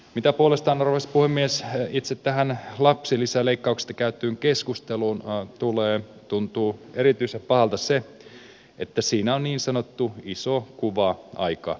mitä puolestaan arvoisa puhemies itse tähän lapsilisäleikkauksesta käytyyn keskusteluun tulee tuntuu erityisen pahalta että siinä on niin sanottu iso kuva aika hukassa